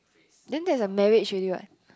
then that's the marriage already what